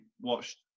watched